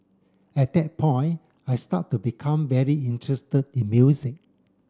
at that point I start to become very interested in music